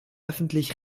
öffentlich